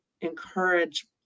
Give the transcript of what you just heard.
encourage